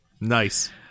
Nice